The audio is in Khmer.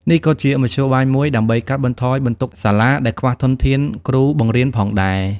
នេះក៏ជាមធ្យោបាយមួយដើម្បីកាត់បន្ថយបន្ទុកសាលាដែលខ្វះខាតធនធានគ្រូបង្រៀនផងដែរ។